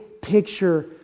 picture